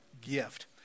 gift